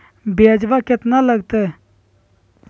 ब्यजवा केतना लगते?